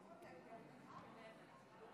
שלוש דקות.